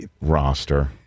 roster